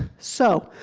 so,